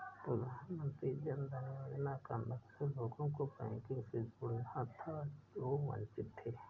प्रधानमंत्री जन धन योजना का मकसद लोगों को बैंकिंग से जोड़ना था जो वंचित थे